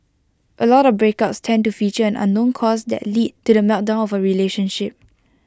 A lot of breakups tend to feature an unknown cause that lead to the meltdown of A relationship